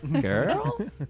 Girl